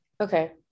Okay